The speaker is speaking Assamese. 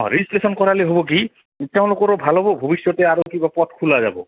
অঁ ৰেজিষ্ট্ৰেশ্যন কৰালে হ'ব কি তেওঁলোকৰো ভাল হ'ব ভৱিষ্যতে আৰু কিবা পথ খোলা যাব